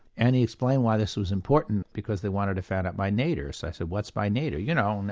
and he explained why this was important because they wanted to find out my nadir so i said what's my nadir you know, and